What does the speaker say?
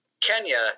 kenya